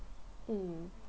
mm